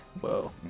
Whoa